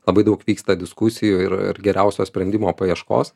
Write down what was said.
labai daug vyksta diskusijų ir ir geriausio sprendimo paieškos